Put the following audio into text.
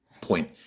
point